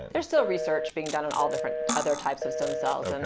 there's still research being done on all different other types of stem cells, and